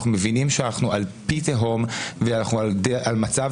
אנחנו מבינים שאנחנו על פי תהום ואנחנו במצב